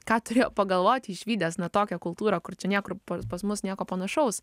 ką turėjo pagalvoti išvydęs tokią kultūrą kur čia niekur pas mus nieko panašaus